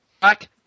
back